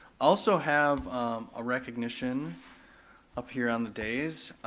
also have a recognition up here on the dais.